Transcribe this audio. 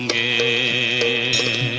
a